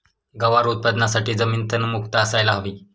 गवार उत्पादनासाठी जमीन तणमुक्त असायला हवी